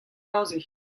aze